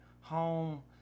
home